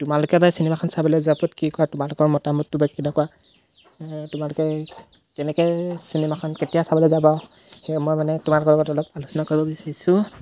তোমালোকে বা এই চিনেমাখন চাবলৈ যোৱাৰ ওপৰত কি কোৱা তোমালোকৰ মতামতটো বা কেনেকুৱা তোমালোকে কেনেকৈ চিনেমাখন কেতিয়া চাবলৈ যাবা সেয়ে মই মানে তোমালোকৰ লগত অলপ আলোচনা কৰিব বিচাৰিছোঁ